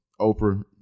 Oprah